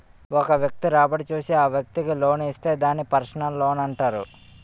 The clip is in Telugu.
ఒక వ్యక్తి రాబడి చూసి ఆ వ్యక్తికి లోన్ ఇస్తే దాన్ని పర్సనల్ లోనంటారు